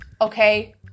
okay